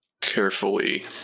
carefully